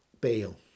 Beal